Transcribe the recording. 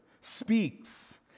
speaks